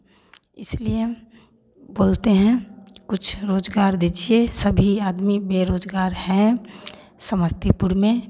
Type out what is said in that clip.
इसलिए बोलते हैं कुछ रोज़गार दीजिए सभी आदमी बेरोज़गार हैं समस्तीपुर में